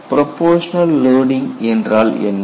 proportional loading என்றால் என்ன